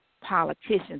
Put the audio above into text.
politicians